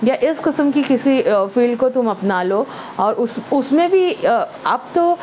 یا اس قسم کی کسی فیلڈ کو تم اپنا لو اور اس اس میں بھی اب تو